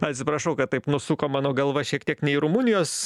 atsiprašau kad taip nusuko mano galva šiek tiek ne į rumunijos